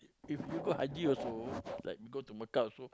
if you go haji also like you go to Mecca also